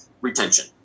retention